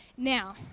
Now